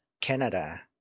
Canada